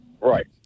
right